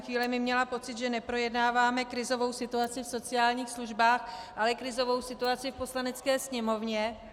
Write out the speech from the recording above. Chvílemi jsem měla pocit, že neprojednáváme krizovou situaci v sociálních službách, ale krizovou situaci v Poslanecké sněmovně.